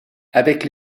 avec